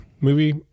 movie